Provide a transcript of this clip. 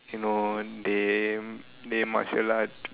you know they they martial art